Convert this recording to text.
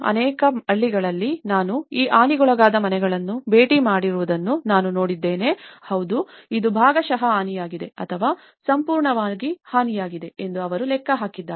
ಅನೇಕ ಹಳ್ಳಿಗಳಲ್ಲಿ ನಾನು ಈ ಹಾನಿಗೊಳಗಾದ ಮನೆಗಳನ್ನು ಭೇಟಿ ಮಾಡಿರುವುದನ್ನು ನಾನು ನೋಡಿದ್ದೇನೆ ಹೌದು ಇದು ಭಾಗಶಃ ಹಾನಿಯಾಗಿದೆ ಅಥವಾ ಸಂಪೂರ್ಣವಾಗಿ ಹಾನಿಯಾಗಿದೆ ಎಂದು ಅವರು ಲೆಕ್ಕ ಹಾಕಿದ್ದಾರೆ